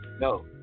No